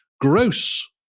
gross